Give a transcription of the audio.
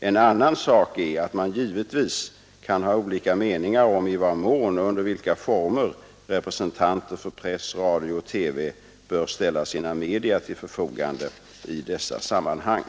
En annan sak är att man givetvis kan ha olika meningar om i vad mån och under vilka former representanter för press, radio och TV bör ställa sina media till förfogande i dessa sammanhang.